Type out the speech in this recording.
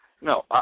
no